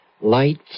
Light